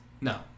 No